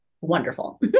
wonderful